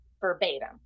verbatim